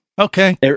okay